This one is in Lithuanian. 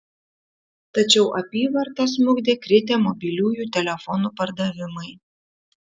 tačiau apyvartą smukdė kritę mobiliųjų telefonų pardavimai